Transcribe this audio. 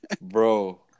bro